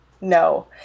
no